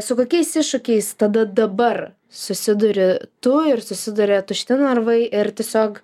su kokiais iššūkiais tada dabar susiduri tu ir susiduria tušti narvai ir tiesiog